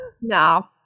No